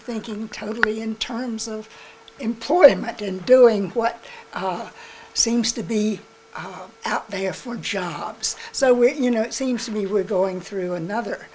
thinking totally in terms of employment and doing what are seems to be out there for jobs so when you know it seems to me we're going through another